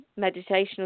Meditational